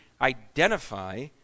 identify